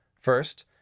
First